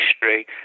history